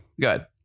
good